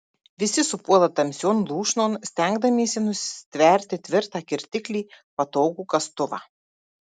visi supuola tamsion lūšnon stengdamiesi nustverti tvirtą kirtiklį patogų kastuvą